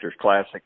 Classic